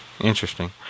Interesting